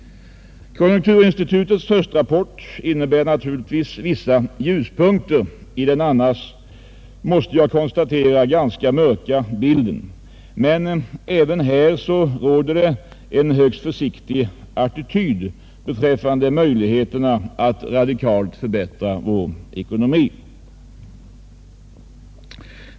Konjunkturinstitutets rapport innebar naturligtvis vissa ljuspunkter i den annars — måste jag konstatera — ganska mörka bilden, men även här råder en högst försiktig attityd beträffande möjligheterna att radikalt förbättra vår ekonomi.